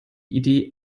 idee